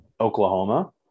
Oklahoma